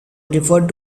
referred